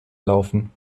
laufen